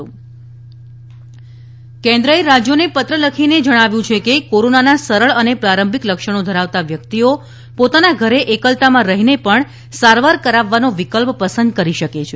કેન્દ્ર કોરોના અંગે સૂચનો કેન્દ્રએ રાજ્યોને પત્ર લખીને જણાવ્યું છે કે કોરોનાના સરળ અને પ્રારંભિક લક્ષણો ધરાવતા વ્યક્તિઓ પોતાના ધરે એકલતામાં રહીને પણ સારવાર કરાવવાનો વિકલ્પ પસંદ કરી શકે છે